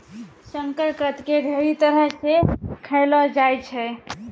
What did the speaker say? शकरकंद के ढेरी तरह से खयलो जाय छै